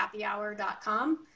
happyhour.com